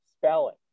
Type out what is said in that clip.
spelling